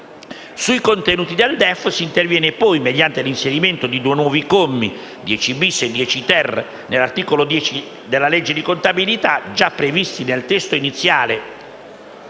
Sui contenuti del DEF si interviene poi, mediante l'inserimento di due nuovi commi (10-*bis* e 10-*ter*) nell'articolo 10 della legge di contabilità, già previsti nei testo iniziale